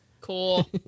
Cool